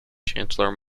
chancellor